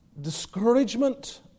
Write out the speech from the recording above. discouragement